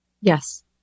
Yes